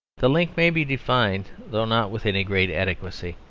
the link may be defined though not with any great adequacy.